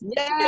Yes